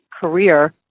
career